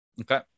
Okay